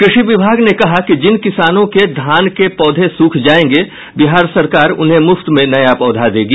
कृषि विभाग ने कहा है कि जिन किसानों के धान के पौधे सूख जायेंगे बिहार सरकार उन्हें मुफ्त में नया पौधा देगी